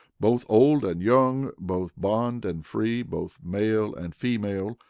both old and young, both bond and free, both male and female,